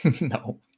No